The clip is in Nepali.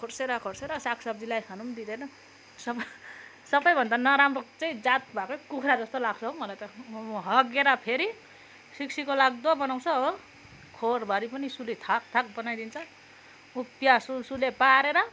खोस्रेर खोस्रेर साग सब्जी खानु पनि दिँदैन सबैभन्दा नराम्रो चाहिँ जात भाएकै कुखुरा लाग्छ हौ मलाई त हगेर फेरि सिकसिक लाग्दो बनाउँछ हो खोरभरि पनि सुली थाक थाक बनाइदिन्छ उपियाँ सुलसुले पारेर